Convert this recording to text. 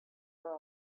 for